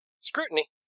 Scrutiny